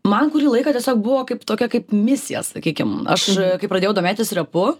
man kurį laiką tiesiog buvo kaip tokia kaip misija sakykim aš kai pradėjau domėtis repu